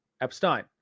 Epstein